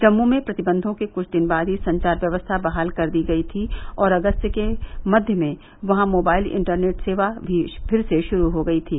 जम्मू में प्रतिब्यों के कुछ दिन बाद ही संचार व्यवस्था बहाल कर दी गयी थी और अगस्त के मध्य में वहां मोबाइल इंटरनेट सेवा भी फिर से शुरू हो गयी थी